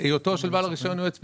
והיותו של בעל רישיון יועץ פנסיוני.